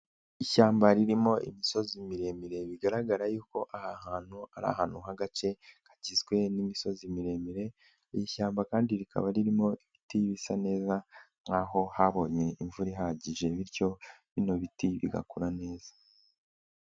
Ishyamba ririmo imisozi miremire bigaragara yuko aha hantu ari ahantu h'agace kagizwe n'imisozi miremire. Iri shyamba kandi rikaba ririmo ibiti bisa neza nk'aho habonye imvura ihagije bityo bino biti bigakura neza.